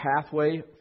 pathway